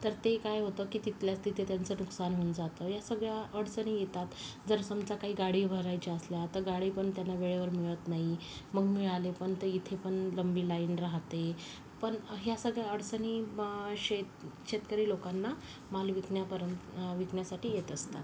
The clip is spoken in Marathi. तर ते काय होतं की तिथल्याच तिथं त्याचं नुकसान होऊन जातं ह्या सगळ्या अडचणी येतात जर समजा काही गाडी भरायची असल्यास तर गाडी पण त्यांना वेळेवर मिळत नाही मग मिळाली पण तर इथे पण लांब लाइन राहते पण ह्या सगळ्या अडचणी शेत शेतकरी लोकांना माल विकण्यापर्यंत विकण्यासाठी येत असतात